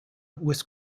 was